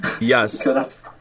Yes